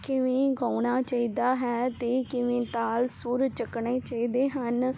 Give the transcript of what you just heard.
ਕਿਵੇਂ ਗਾਉਣਾ ਚਾਹੀਦਾ ਹੈ ਅਤੇ ਕਿਵੇਂ ਤਾਲ ਸੁਰ ਚੁੱਕਣੇ ਚਾਹੀਦੇ ਹਨ